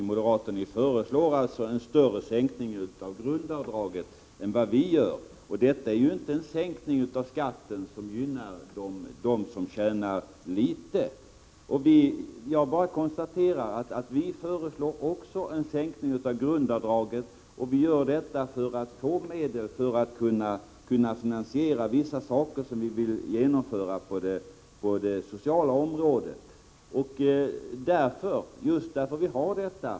Fru talman! Det är ju så att ni moderater föreslår en större sänkning av grundavdraget än vad vi gör. Detta är inte en sänkning av skatten som gynnar dem som tjänar litet. Jag konstaterar bara att vi också föreslår en sänkning av grundavdraget, och det gör vi för att få medel för att kunna finansiera vissa saker som vi vill genomföra på det sociala området.